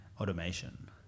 automation